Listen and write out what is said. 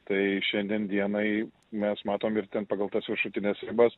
tai šiandien dienai mes matom ir ten pagal tas viršutines ribas